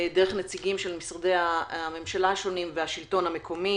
דרך נציגים של משרדי הממשלה השונים והשלטון המקומי.